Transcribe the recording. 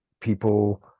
people